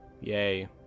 yay